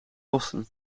kosten